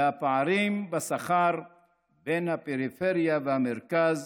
והפערים בשכר בין הפריפריה למרכז